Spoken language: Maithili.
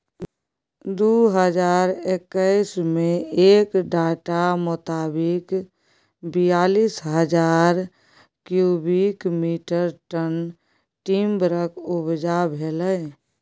दु हजार एक्कैस मे एक डाटा मोताबिक बीयालीस हजार क्युबिक मीटर टन टिंबरक उपजा भेलै